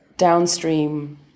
Downstream